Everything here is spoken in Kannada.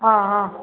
ಹಾಂ ಹಾಂ